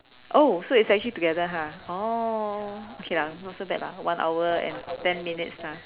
oh so it's actually together ha oh okay lah not so bad lah one hour and ten minutes lah